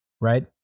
right